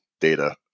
data